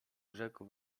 rzekł